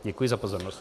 Děkuji za pozornost.